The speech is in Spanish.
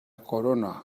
corona